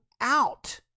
out